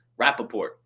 Rappaport